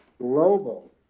global